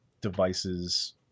devices